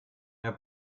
mehr